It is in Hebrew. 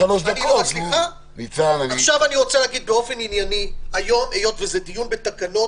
אני רוצה להגיד באופן ענייני שהיות והיום יש דיון בתקנות,